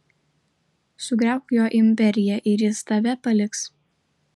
sugriauk jo imperiją ir jis tave paliks